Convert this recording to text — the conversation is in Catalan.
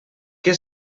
què